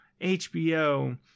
HBO